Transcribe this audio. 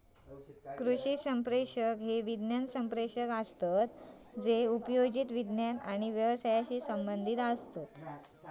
कृषी संप्रेषक हे विज्ञान संप्रेषक असत जे उपयोजित विज्ञान आणि व्यवसायाशी संबंधीत असत